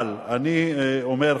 אבל אני אומר,